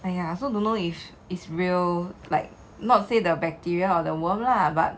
!aiya! I also don't know if is real like not say the bacteria or the world lah but